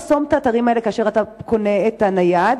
לחסום את האתרים האלה כאשר אתה קונה את הנייד,